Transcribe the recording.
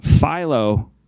Philo